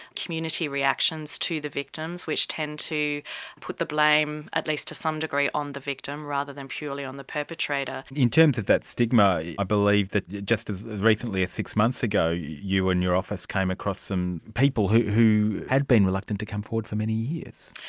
community reactions to the victims, which tend to put the blame, at least to some degree, on the victim rather than purely on the perpetrator. in terms of that stigma i believe that just as recently as six months ago you and your office came across some people who had been reluctant to come forward for many years.